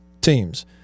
teams